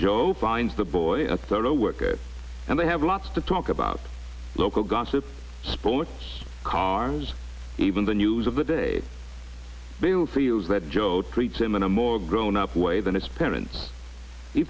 joe finds the boy a thorough worker and they have lots to talk about local gossip sports cars even the news of the day bale feels that joe treats him in a more grown up way than his parents he